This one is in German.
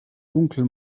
dunkel